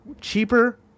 cheaper